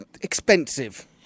expensive